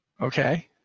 Okay